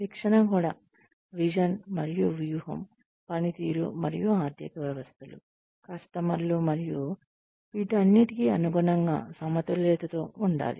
శిక్షణ కూడా విజన్ మరియు వ్యూహం పనితీరు మరియు ఆర్ధికవ్యవస్థలు కస్టమర్లు మరియు వీటన్నింటికీ అనుగుణంగా సమతుల్యతతో ఉండాలి